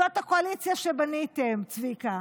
זאת הקואליציה שבניתם, צביקה.